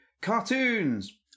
Cartoons